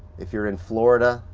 if you're in florida,